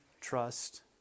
trust